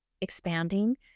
expanding